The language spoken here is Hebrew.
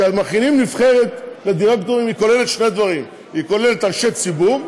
כשמכינים נבחרת לדירקטורים היא כוללת שני דברים: היא כוללת אנשי ציבור,